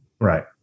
Right